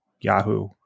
Yahoo